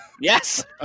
Yes